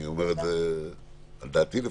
אני אומר את זה על דעתי לפחות.